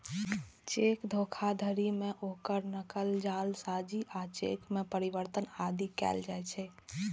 cheque धोखाधड़ी मे ओकर नकल, जालसाजी आ चेक मे परिवर्तन आदि कैल जाइ छै